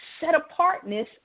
set-apartness